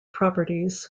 properties